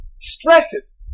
stresses